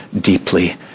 deeply